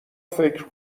فکر